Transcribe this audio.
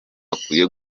akwiye